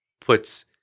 puts